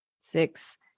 six